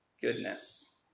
goodness